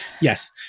yes